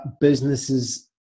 businesses